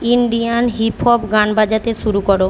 Indian hip hop গান বাজাতে শুরু করো